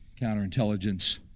counterintelligence